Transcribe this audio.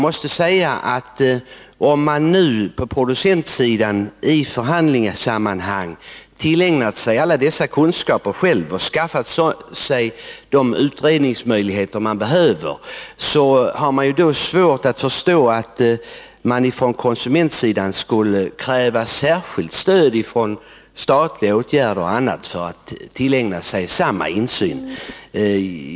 Men om man nu på producentsidan i förhandlingssammanhang har tillägnat sig alla dessa kunskaper och skaffat sig de utredningsmöjligheter man behöver, har jag svårt att förstå konsumentsidans krav på särskilt stöd — statliga åtgärder och annat — för att tillägna sig samma insyh.